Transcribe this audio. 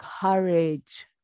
courage